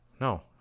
no